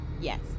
Yes